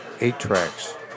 eight-tracks